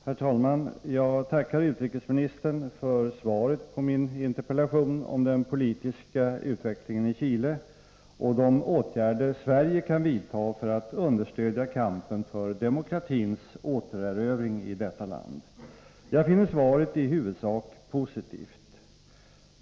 Herr talman! Jag tackar utrikesministern för svaret på min interpellation om den politiska utvecklingen i Chile och de åtgärder Sverige kan vidta för att understödja kampen för demokratins återerövring i detta land. Jag finner svaret i huvudsak positivt.